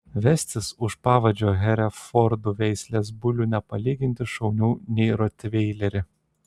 vestis už pavadžio herefordų veislės bulių nepalyginti šauniau nei rotveilerį